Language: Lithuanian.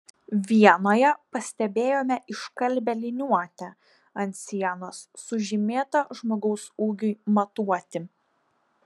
vienoje pastebėjome iškalbią liniuotę ant sienos sužymėtą žmogaus ūgiui matuoti